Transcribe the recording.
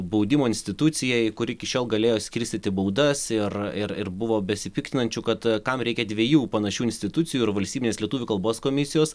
baudimo institucija kuri iki šiol galėjo skirstyti baudas ir ir ir buvo besipiktinančių kad kam reikia dviejų panašių institucijų ir valstybinės lietuvių kalbos komisijos